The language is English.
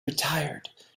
retired